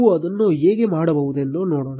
ನಾವು ಅದನ್ನು ಹೇಗೆ ಮಾಡಬಹುದೆಂದು ನೋಡೋಣ